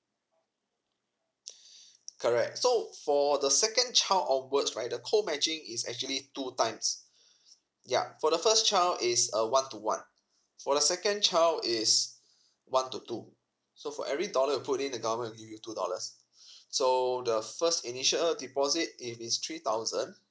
correct so for the second child onwards right the co matching is actually two times yup for the first child is a one to one for the second child is one to two so for every dollar you put in the government will give you two dollars so the first initial deposit if it's three thousand